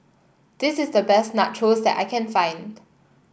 this is the best Nachos that I can find